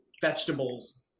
vegetables